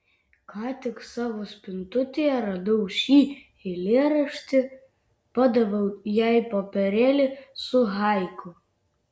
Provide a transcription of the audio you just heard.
ką tik savo spintutėje radau šį eilėraštį padaviau jai popierėlį su haiku